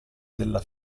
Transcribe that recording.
della